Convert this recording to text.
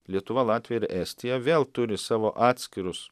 lietuva latvija ir estija vėl turi savo atskirus